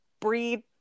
breed